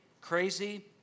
crazy